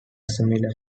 similar